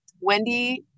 Wendy